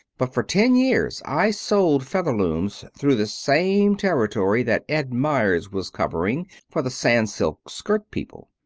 but for ten years i sold featherlooms through the same territory that ed meyers was covering for the sans-silk skirt people.